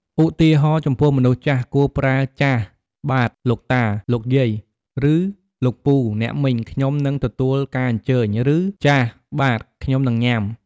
ឧទាហរណ៍៖ ចំពោះមនុស្សចាស់ គួរប្រើ "ចាស/បាទ លោកតា លោកយាយ ឬលោកពូ អ្នកមីង ខ្ញុំនឹងទទួលការអញ្ជើញ" ឬ "ចាស/បាទ ខ្ញុំនឹងញ៉ាំ"។